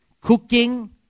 cooking